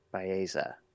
Baeza